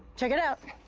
check it out.